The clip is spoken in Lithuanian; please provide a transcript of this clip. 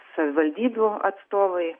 savivaldybių atstovai